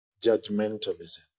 judgmentalism